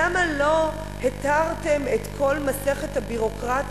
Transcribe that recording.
למה לא התרתם את כל מסכת הביורוקרטיה?